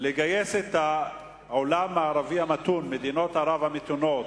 לגייס את העולם הערבי המתון, מדינות ערב המתונות,